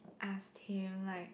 ask him like